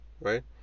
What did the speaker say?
right